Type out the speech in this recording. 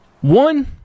One